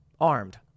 armed